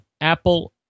Apple